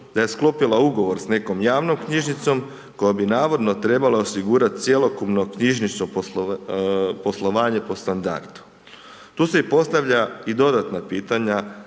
da je sklopila ugovor s nekom javnom knjižnicom koja bi navodno trebala osigurati cjelokupno knjižnično poslovanje po standardu. Tu se i postavlja i dodatna pitanja